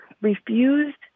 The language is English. refused